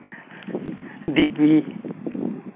ᱰᱮᱵᱤᱞ